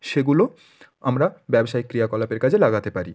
সেগুলো আমরা ব্যবসায়িক ক্রিয়াকলাপের কাজে লাগাতে পারি